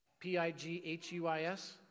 P-I-G-H-U-I-S